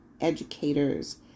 Educators